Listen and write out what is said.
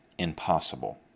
impossible